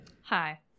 Hi